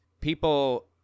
people